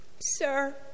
Sir